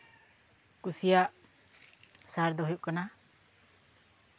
ᱠᱩᱥᱤᱭᱟᱜ ᱥᱟᱨ ᱫᱚ ᱦᱩᱭᱩᱜ ᱠᱟᱱᱟ